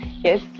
yes